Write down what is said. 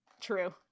true